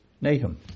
Nahum